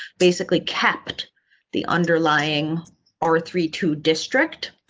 basically kept the underlying or three to district,